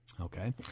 Okay